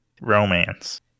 romance